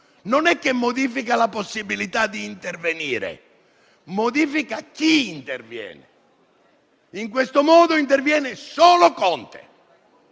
non è che modifica la possibilità di intervenire, ma modifica chi interviene. In questo modo interviene solo Conte,